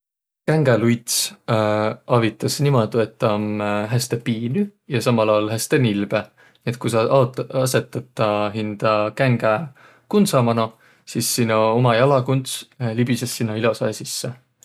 Kängäluits avitas niimuudu, et tä om häste piinü ja samal aol häste nilbõ. Et ku saq ao- asetat tä hindä kängäkundsa manoq, sis sino uma jalakunds libises sinnäq ilosahe sisse.